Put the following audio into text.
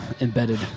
embedded